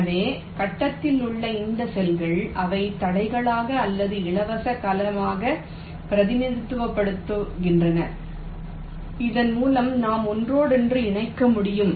எனவே கட்டத்தில் உள்ள இந்த செல்கள் அவை தடைகளாக அல்லது இலவச கலமாக பிரதிநிதித்துவப்படுத்துகின்றன இதன் மூலம் நாம் ஒன்றோடொன்று இணைக்க முடியும்